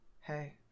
Hey